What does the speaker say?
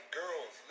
girls